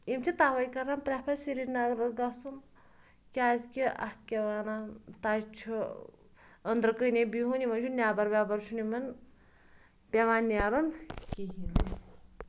یِم چھِ تَوَے کَران پرٛٮ۪فَر سرینَگرَس گژھُن کیٛازِ کہِ اَتھ کیاہ وَنان تَتہِ چھُ أنٛدرٕ کٔنے بِہُن یِمن چھُ نٮ۪بَر ویبَر چھُ نہٕ یِمَن پیٚوان نیرُن کِہیٖنۍ